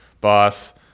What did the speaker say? Boss